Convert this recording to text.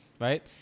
Right